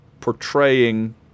portraying